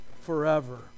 forever